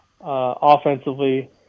offensively